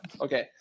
Okay